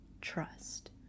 trust